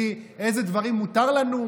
אילו דברים מותרים לנו,